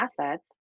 assets